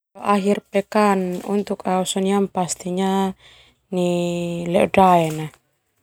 Akhir pekan untuk au sona pastinya ledodaena.